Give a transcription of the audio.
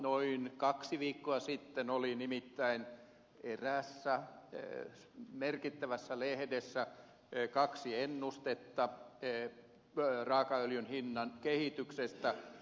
noin kaksi viikkoa sitten oli nimittäin eräässä merkittävässä lehdessä kaksi ennustetta raakaöljyn hinnan kehityksestä